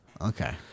Okay